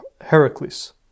Heracles